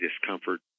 discomfort